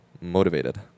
motivated